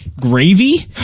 gravy